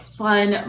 fun